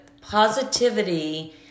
positivity